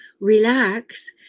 relax